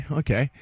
okay